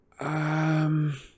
Um